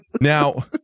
Now